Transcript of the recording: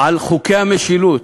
על חוקי המשילות,